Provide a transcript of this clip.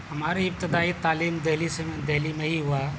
ہماری ابتدائی تعلیم دہلی سے دہلی میں ہی ہوا